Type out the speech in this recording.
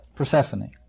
Persephone